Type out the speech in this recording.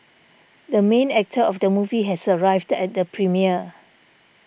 the main actor of the movie has arrived at the premiere